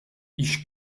each